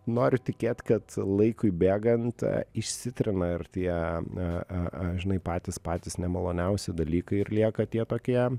noriu tikėt kad laikui bėgant išsitrina ir tie a a a žinai patys patys nemaloniausi dalykai ir lieka tie tokie